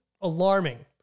alarming